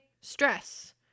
Stress